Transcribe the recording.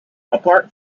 apart